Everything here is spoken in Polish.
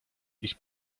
ich